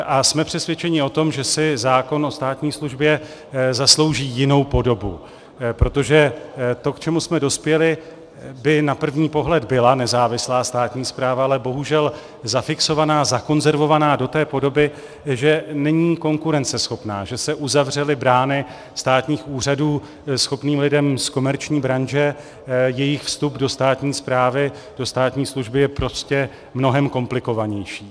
A jsme přesvědčeni o tom, že si zákon o státní službě zaslouží jinou podobu, protože to, k čemu jsme dospěli, by na první pohled byla nezávislá státní správa, ale bohužel zafixovaná a zakonzervovaná do té podoby, že není konkurenceschopná, že se uzavřely brány státních úřadů schopným lidem z komerční branže, jejich vstup do státní správy, do státní služby je prostě mnohem komplikovanější.